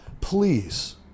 please